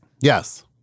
Yes